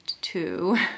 two